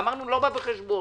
ואמרנו לא בא בחשבון.